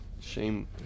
shame